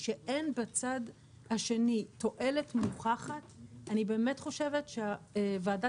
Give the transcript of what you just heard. כשאין בצד השני תועלת מוכחת אני באמת חושבת שהוועדה